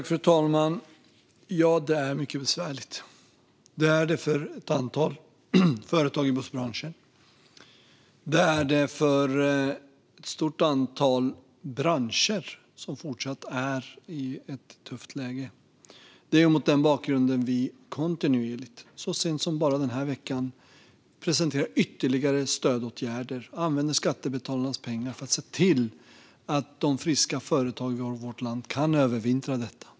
Fru talman! Ja, det är mycket besvärligt för ett antal företag i bussbranschen, liksom för ett stort antal branscher som fortsatt är i ett tufft läge. Det är mot den bakgrunden vi kontinuerligt presenterar ytterligare stödåtgärder. Vi har gjort det så sent som den här veckan. Vi använder skattebetalarnas pengar för att se till att de friska företagen i vårt land kan övervintra.